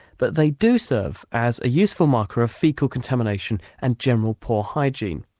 but they do serve as a useful marker of faecal contamination and general poor hygiene.